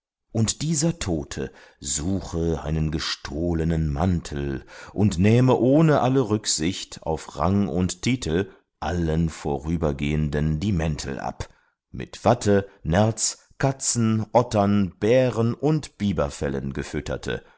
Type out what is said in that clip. und dieser tote suche einen gestohlenen mantel und nähme ohne alle rücksicht auf rang und titel allen vorübergehenden die mäntel ab mit watte nerz katzen ottern bären und biberfellen gefütterte